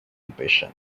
ambition